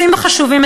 אנחנו עוברים